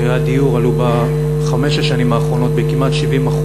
מחירי הדיור עלו בחמש השנים האחרונות כמעט ב-70%.